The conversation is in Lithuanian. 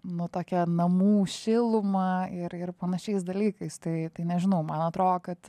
nu tokia namų šiluma ir ir panašiais dalykais tai tai nežinau man atrodo kad